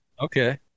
Okay